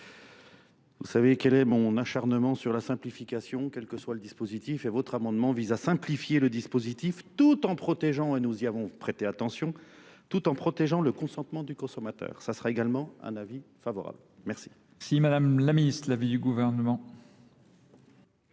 Vous savez quel est mon acharnement sur la simplification, quel que soit le dispositif, et votre amendement vise à simplifier le dispositif tout en protégeant, et nous y avons prêté attention, tout en protégeant le consentement du consommateur. Ça sera également un avis favorable. Merci Monsieur le Président. Il s'agit ici de permettre